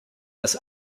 das